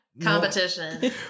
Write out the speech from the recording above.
Competition